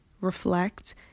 reflect